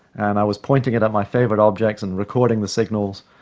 and i was pointing it at my favourite objects and recording the signals.